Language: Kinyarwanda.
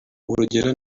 urugero